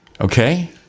Okay